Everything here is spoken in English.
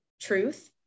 truth